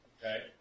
okay